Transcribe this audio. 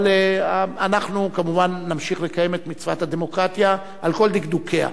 אבל אנחנו כמובן נמשיך לקיים את מצוות הדמוקרטיה על כל דקדוקיה.